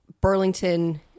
Burlington